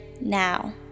now